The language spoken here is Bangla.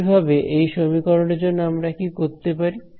একইভাবে এই সমীকরণের জন্য আমরা কি করতে পারি